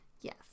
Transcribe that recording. Yes